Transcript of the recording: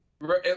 Right